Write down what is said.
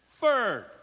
Third